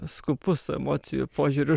skupus emocijų požiūriu